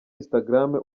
instagram